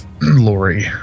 Lori